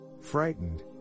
Frightened